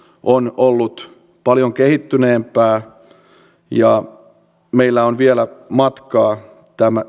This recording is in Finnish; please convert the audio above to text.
on ollut paljon kehittyneempää ja meillä on vielä matkaa